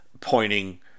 Pointing